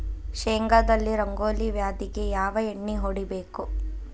ಶೇಂಗಾದಲ್ಲಿ ರಂಗೋಲಿ ವ್ಯಾಧಿಗೆ ಯಾವ ಎಣ್ಣಿ ಹೊಡಿಬೇಕು?